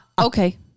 Okay